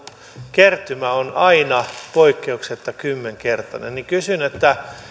kertymä on aina poikkeuksetta kymmenkertainen niin kysyn